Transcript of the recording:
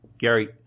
Gary